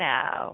Now